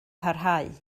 parhau